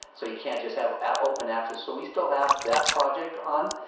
so you can't just have open access. so we still have that project on.